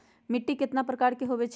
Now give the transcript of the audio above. मिट्टी कतना प्रकार के होवैछे?